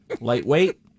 lightweight